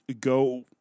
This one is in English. go